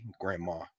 Grandma